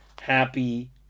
happy